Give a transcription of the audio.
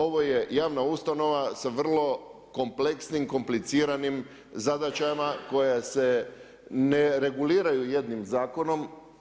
Ovo je javna ustanova sa vrlo kompleksnim, kompliciranim zadaćama koje se ne reguliraju jednim zakonom.